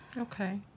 Okay